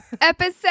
episode